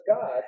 God